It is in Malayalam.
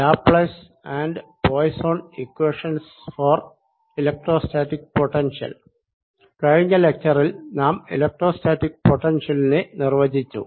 Laplace Poisson equations for electrostatic potential കഴിഞ്ഞ ലെക്ച്ചറിൽ നാം എലെക്ട്രോസ്റ്റാറ്റിക് പൊട്ടൻഷ്യലിനെ നിർവചിച്ചു